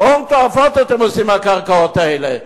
הון תועפות אתם עושים מהקרקעות האלה.